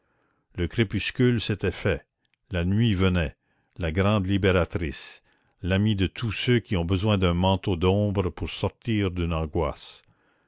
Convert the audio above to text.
le crépuscule s'était fait la nuit venait la grande libératrice l'amie de tous ceux qui ont besoin d'un manteau d'ombre pour sortir d'une angoisse